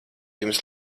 jums